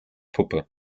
puppe